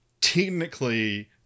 technically